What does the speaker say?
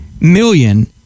million